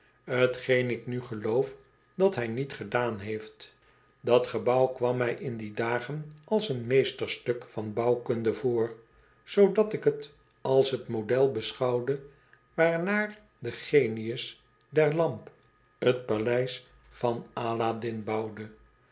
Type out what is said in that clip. t geen ik nu geloof dat hij niet gedaan heeft dat gebouw kwam mij in die dagen als een meesterstuk van bouwkunde voor zoodat ik t als t model beschouwde waarnaar de genius der lamp t paleis van aladijn bouwde